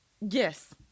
yes